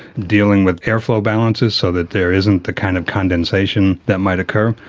dealing with airflow balances so that there isn't the kind of condensation that might occur,